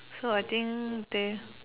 so I think they